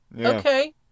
Okay